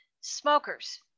smokers